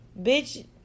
Bitch